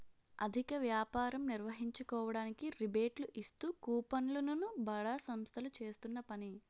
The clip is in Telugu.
అధిక వ్యాపారం నిర్వహించుకోవడానికి రిబేట్లు ఇస్తూ కూపన్లు ను బడా సంస్థలు చేస్తున్న పని